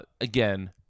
Again